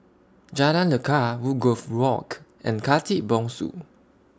Jalan Lekar Woodgrove Walk and Khatib Bongsu